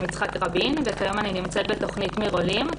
יצחק רבין וכיום אני נמצאת בתוכנית "מרעולים",